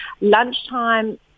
Lunchtime